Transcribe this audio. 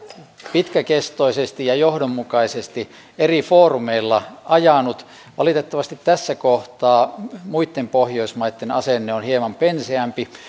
pitkäkestoisesti ja johdonmukaisesti eri foorumeilla ajanut valitettavasti tässä kohtaa muitten pohjoismaitten asenne on hieman penseämpi